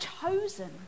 chosen